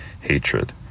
hatred